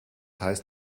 heißt